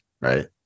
right